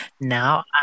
Now